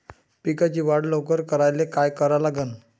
पिकाची वाढ लवकर करायले काय करा लागन?